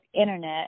internet